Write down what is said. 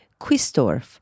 Quistorf